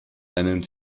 einen